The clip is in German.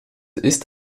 ist